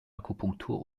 akupunktur